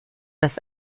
das